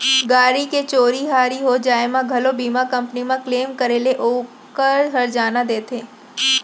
गाड़ी के चोरी हारी हो जाय म घलौ बीमा कंपनी म क्लेम करे ले ओकर हरजाना देथे